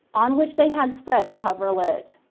on which they had spread a coverlet.